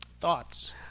Thoughts